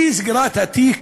אי-סגירת התיק